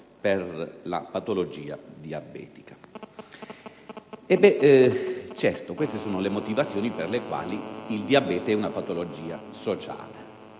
per la patologia diabetica. Queste sono le motivazioni per le quali il diabete è una patologia sociale.